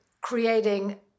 creating